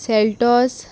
Seltos